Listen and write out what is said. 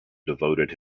devoted